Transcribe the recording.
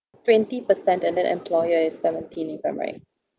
twenty percent and then employer is seventeen if I'm right